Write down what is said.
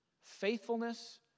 faithfulness